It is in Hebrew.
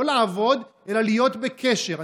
לא לעבוד אלא להיות בקשר.